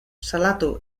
salatu